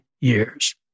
years